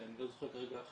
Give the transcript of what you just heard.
ואני לא זוכר כרגע,